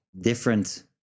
different